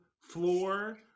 floor